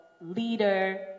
leader